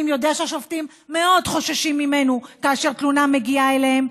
יודע שהשופטים מאוד חוששים ממנו כאשר תלונה מגיעה אליו.